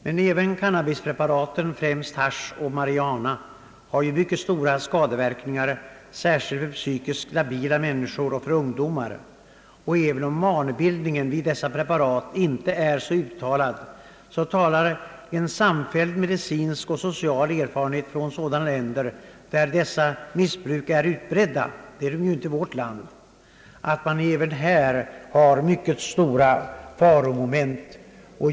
Men även <cannabispreparaten, främst haschisch och marijuana, medför mycket stora skadeverkningar, särskilt för psykiskt labila människor och för ungdomar. Även om vanebildningen vid dessa preparat inte är så uttalad talar en samfälld medicinsk och social erfarenhet från sådana länder, där dessa missbruk är utbredda — det är de ju lyckligtvis inte i vårt land — för att man även här har mycket stora faromoment.